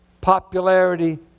popularity